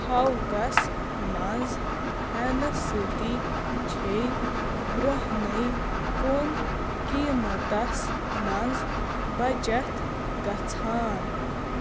تھَوکَس منٛز ہٮ۪نہٕ سۭتی چھے برٛونٛہہ نَے کُن قیٖمَتَس منٛز بَچت گَژھان